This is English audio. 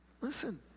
listen